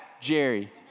Jerry